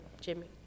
Jimmy